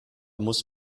muss